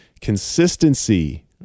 consistency